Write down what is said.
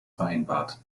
vereinbart